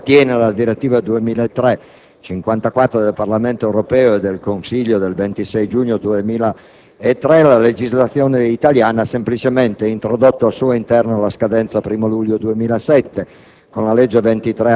Per quanto attiene alla direttiva 2003/54/CE del Parlamento europeo e del Consiglio del 26 giugno 2003, la legislazione italiana ha semplicemente introdotto al suo interno la scadenza del 1° luglio 2007,